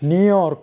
New York